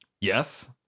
Yes